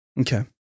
Okay